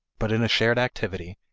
but in a shared activity,